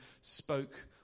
spoke